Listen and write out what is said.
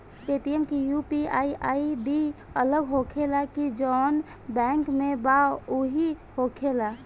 Paytm के UPI ID अलग होखेला की जाऊन बैंक के बा उहे होखेला?